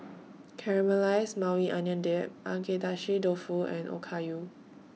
Caramelized Maui Onion Dip Agedashi Dofu and Okayu